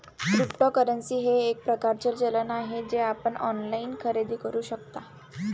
cryptocurrency हे एक प्रकारचे चलन आहे जे आपण ऑनलाइन खरेदी करू शकता